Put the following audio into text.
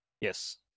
Yes